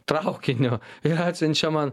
traukiniu ir atsiunčia man